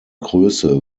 größe